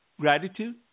gratitude